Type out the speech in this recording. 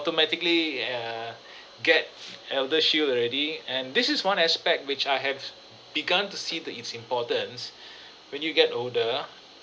automatically err get ElderShield already and this is one aspect which I have begun to see the its importance when you get older